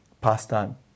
pastime